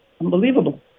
Unbelievable